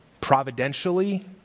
providentially